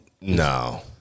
no